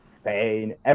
Spain